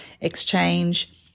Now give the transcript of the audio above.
exchange